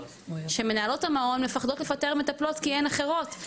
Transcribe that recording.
שמנהלות המעון מפחדות לפטר מטפלות כי אין אחרות,